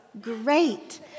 great